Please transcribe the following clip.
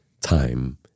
time